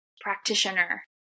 practitioner